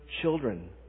children